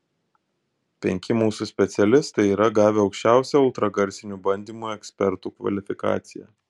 penki mūsų specialistai yra gavę aukščiausią ultragarsinių bandymų ekspertų kvalifikaciją